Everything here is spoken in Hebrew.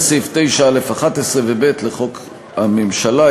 בהתאם לסעיף 9(א)(11) ו-(ב) לחוק הממשלה,